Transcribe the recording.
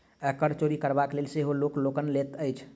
कर चोरि करबाक लेल सेहो लोक लोन लैत अछि